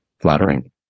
Flattering